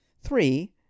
Three